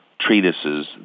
treatises